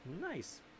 Nice